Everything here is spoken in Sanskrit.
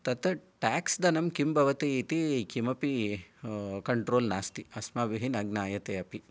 तत् टेक्स् धनं भवतीति किमपि कन्ट्रोल् नास्ति अस्माभिः न ज्ञायते अपि